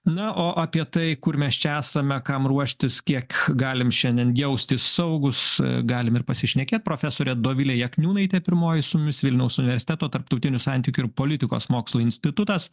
na o a apie tai kur mes čia esame kam ruoštis kiek galim šiandien jaustis saugūs galim ir pasišnekėt profesorė dovilė jakniūnaitė pirmoji su mumis vilniaus universiteto tarptautinių santykių ir politikos mokslų institutas